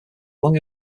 long